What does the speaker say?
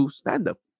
stand-up